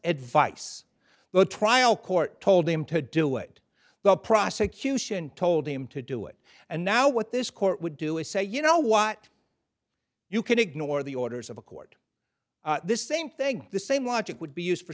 the trial court told him to do it the prosecution told him to do it and now what this court would do is say you know what you can ignore the orders of a court this same thing the same logic would be used for